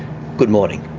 good morning.